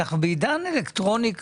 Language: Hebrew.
אנחנו בעידן אלקטרוני כזה,